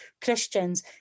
Christians